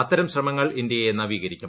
അത്തരം ശ്രമങ്ങൾ ഇന്ത്യയെ നവീകരിക്കും